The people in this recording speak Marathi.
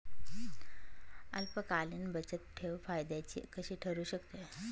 अल्पकालीन बचतठेव फायद्याची कशी ठरु शकते?